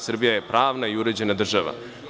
Srbija je pravna i uređena država.